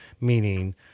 meaning